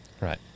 right